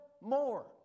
more